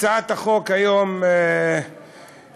הצעת החוק שהיום מקבלת,